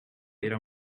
era